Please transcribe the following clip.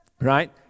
right